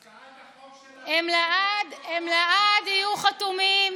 הצעת החוק שלך, הם לעד יהיו חתומים